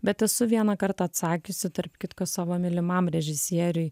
bet esu vieną kartą atsakiusi tarp kitko savo mylimam režisieriui